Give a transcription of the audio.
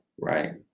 right